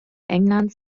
englands